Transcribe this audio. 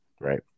right